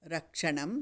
रक्षणं